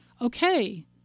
Okay